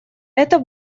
это